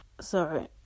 sorry